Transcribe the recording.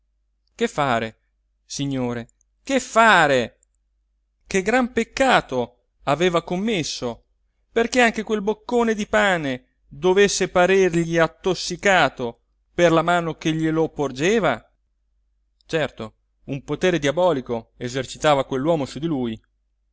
che fare signore che fare che gran peccato aveva commesso perché anche quel boccone di pane dovesse parergli attossicato per la mano che glielo porgeva certo un potere diabolico esercitava quell'uomo su lui